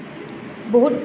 বহুত